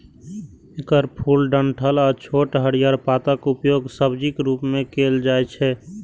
एकर फूल, डंठल आ छोट हरियर पातक उपयोग सब्जीक रूप मे कैल जाइ छै